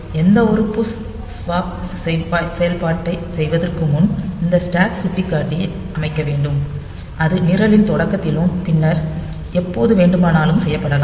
எந்தவொரு push swap செயல்ப்பாட்டை செய்வதற்கு முன் இந்த ஸ்டாக் சுட்டிக்காட்டி ஐ அமைக்க வேண்டும் அது நிரலின் தொடக்கத்திலும் பின்னர் எப்போது வேண்டுமானாலும் செய்யப்படலாம்